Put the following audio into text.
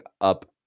up